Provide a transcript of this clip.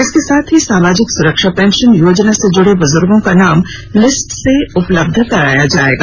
इसके साथ ही सामाजिक सुरक्षा पेंशन योजना से जुड़े बुजुर्गों का नाम उपलब्ध कराया जाएगा